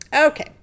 Okay